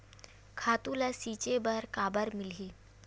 खातु ल छिंचे बर काबर मिलही?